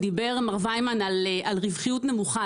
דיבר מר ויימן על רווחיות נמוכה.